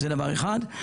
זה דבר אחד.